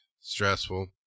stressful